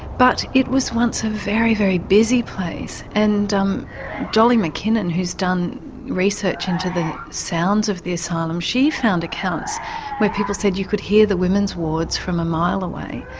but it was once a very, very busy place and um dolly mckinnon who's done research into the sounds of the asylum she's found accounts where people said you could hear the women's wards from a mile away.